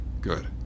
Good